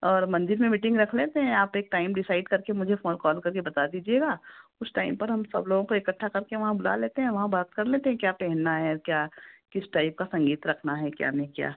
और मंदिर में मीटिंग रख लेते हैं आप एक टाइम डिसाइड करके मुझे फोन कॉल करके बता दीजिएगा उस टाइम पर हम सब लोगों को एकट्ठा करके वहाँ बुला लेते हैं वहाँ बात कर लेते हैं क्या पहनना है क्या किस टाइप का संगीत रखना है क्या नहीं क्या